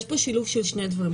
יש פה שילוב של שני דברים.